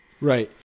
right